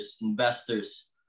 investors